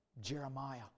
Jeremiah